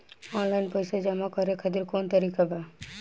Online पइसा जमा करे खातिर कवन तरीका बा?